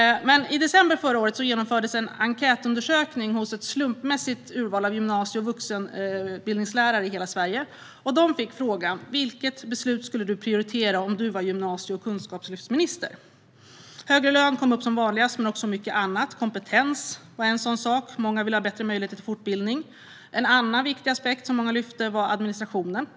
I december förra året gjordes en enkätundersökning hos ett slumpmässigt urval av gymnasie och vuxenutbildningslärare i Sverige. De fick frågan: Vilket beslut skulle du prioritera om du var gymnasie och kunskapslyftsminister? Högre lön var det vanligaste, men det fanns även mycket annat. Kompetens var en annan sak - många vill ha bättre möjligheter till fortbildning. En annan viktig aspekt som många lyfte upp var administrationen.